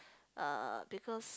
uh because